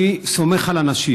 אני סומך על אנשים.